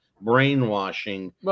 brainwashing